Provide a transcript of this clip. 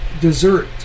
dessert